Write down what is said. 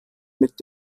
mit